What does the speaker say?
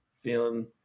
feeling